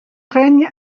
règne